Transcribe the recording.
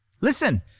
Listen